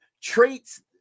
traits